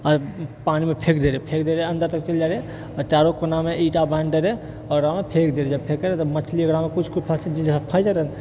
पानिमे फेक दए रहै फेक दए रहै अन्दर तक चलि जाइ रहए आ चारो कोनामे ईंटा बान्हि दए रहए आओर ओकरामे फेक देल जाए फेकए ने तऽ मछली ओकरामे किछु किछु फँसि जाइत रहए